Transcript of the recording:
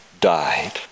died